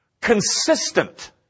Consistent